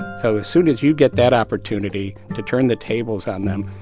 so as soon as you get that opportunity to turn the tables on them,